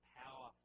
power